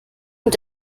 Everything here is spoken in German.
und